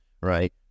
right